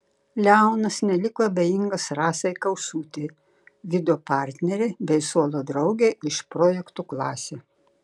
leonas neliko abejingas rasai kaušiūtei vido partnerei bei suolo draugei iš projekto klasė